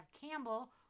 Campbell